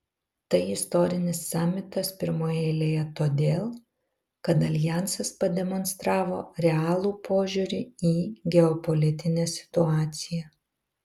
tai istorinis samitas pirmoje eilėje todėl kad aljansas pademonstravo realų požiūrį į geopolitinę situaciją